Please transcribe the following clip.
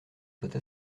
soient